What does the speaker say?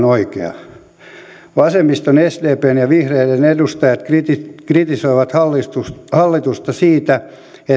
oikea vasemmiston sdpn ja vihreiden edustajat kritisoivat hallitusta siitä